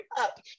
up